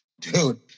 dude